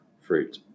fruit